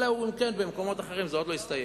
אלא אם כן במקומות אחרים זה עוד לא הסתיים.